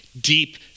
deep